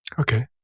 Okay